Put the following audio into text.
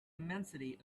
immensity